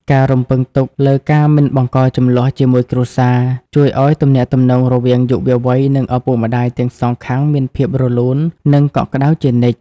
ការរំពឹងទុកលើ "ការមិនបង្កជម្លោះជាមួយគ្រួសារ" ជួយឱ្យទំនាក់ទំនងរវាងយុវវ័យ និងឪពុកម្ដាយទាំងសងខាងមានភាពរលូន និងកក់ក្ដៅជានិច្ច។